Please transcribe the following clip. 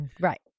Right